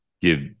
give